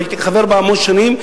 והייתי חבר בה המון שנים,